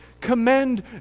commend